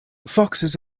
foxes